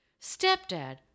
Stepdad